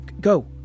Go